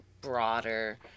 broader